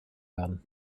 werden